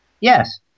Yes